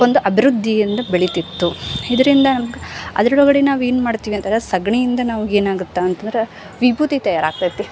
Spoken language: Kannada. ಒಂದು ಅಭಿವೃದ್ಧಿಯಿಂದ ಬೆಳಿತಿತ್ತು ಇದರಿಂದ ನಮ್ಗೆ ಅದರೊಳಗಡೆ ನಾವು ಏನು ಮಾಡ್ತಿವಂತಂದ್ರೆ ಸಗಣಿಯಿಂದ ನಮ್ಗೆ ಏನಾಗುತ್ತೆ ಅಂತಂದ್ರೆ ವಿಭೂತಿ ತಯಾರಾಗ್ತೈತಿ